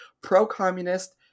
pro-communist